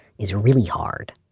is really hard.